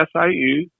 SIU